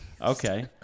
Okay